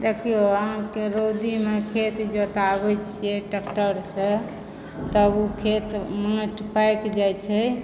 देखियौ अहाँके रौदीमे खेत जोताबै छिऐ ट्रैक्टरसंँ तब ओ खेत माटि पाकि जाइ छै